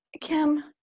Kim